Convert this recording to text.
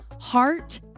heart